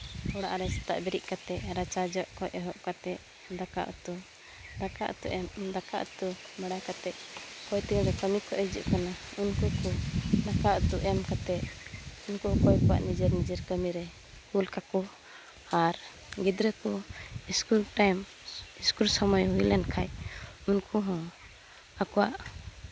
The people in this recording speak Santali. ᱚᱲᱟᱜ ᱨᱮ ᱥᱮᱛᱟᱜ ᱵᱮᱨᱮᱫ ᱠᱟᱛᱮ ᱨᱟᱪᱟ ᱡᱚᱜ ᱠᱷᱚᱡ ᱮᱦᱚᱵ ᱠᱟᱛᱮ ᱫᱟᱠᱟ ᱩᱛᱩ ᱫᱟᱠᱟ ᱩᱛᱩ ᱮᱢ ᱫᱟᱠᱟ ᱩᱛᱩ ᱵᱟᱲᱟ ᱠᱟᱛᱮ ᱦᱚᱭᱛᱚ ᱠᱟᱹᱢᱤ ᱠᱷᱚᱡ ᱮ ᱦᱤᱡᱩᱜ ᱠᱟᱱᱟ ᱩᱱᱠᱩ ᱠᱚ ᱫᱟᱠᱟ ᱩᱛᱩ ᱮᱢ ᱠᱟᱛᱮ ᱩᱱᱠᱩ ᱚᱠᱚᱭ ᱠᱚᱣᱟᱜ ᱱᱤᱡᱮᱨ ᱱᱤᱡᱮᱨ ᱠᱟᱹᱢᱤᱨᱮ ᱠᱩᱞ ᱠᱟᱠᱚ ᱟᱨ ᱜᱤᱫᱽᱨᱟᱹ ᱠᱚ ᱤᱥᱠᱩᱞ ᱥᱚᱢᱚᱭ ᱤᱥᱠᱩᱞ ᱴᱟᱭᱤᱢ ᱦᱩᱭ ᱞᱮᱱᱠᱷᱟᱡ ᱩᱱᱠᱩ ᱦᱚᱸ ᱟᱠᱚᱣᱟᱜ